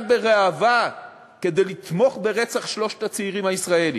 לראווה כדי לתמוך ברצח שלושת הצעירים הישראלים.